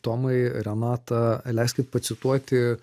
tomai renata leiskit pacituoti